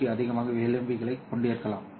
க்கு அதிகமான விளிம்புகளைக் கொண்டிருக்கலாம்